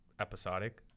episodic